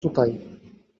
tutaj